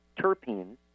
terpenes